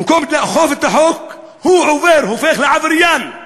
במקום לאכוף את החוק הוא הופך לעבריין.